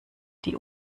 die